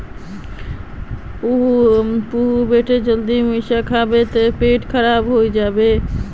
पीहू बेटा ज्यादा मिर्च खाबो ते पेट खराब हों जाबे